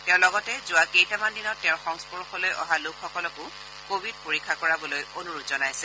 তেওঁ লগতে যোৱা কেইটামান দিনত তেওঁৰ সংস্পৰ্শলৈ অহা লোকসকলকো ক'ভিড পৰীক্ষা কৰাবলৈ অনুৰোধ জনাইছে